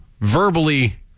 verbally